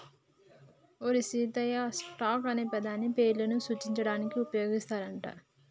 ఓరి సీతయ్య, స్టాక్ అనే పదాన్ని పేర్లను సూచించడానికి ఉపయోగిస్తారు అంట